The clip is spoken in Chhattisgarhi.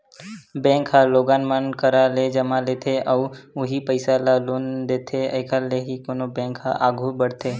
बेंक ह लोगन मन करा ले जमा लेथे अउ उहीं पइसा ल लोन देथे एखर ले ही कोनो बेंक ह आघू बड़थे